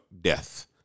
Death